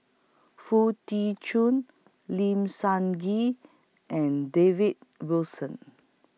Foo Tee Jun Lim Sun Gee and David Wilson